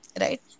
right